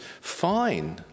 fine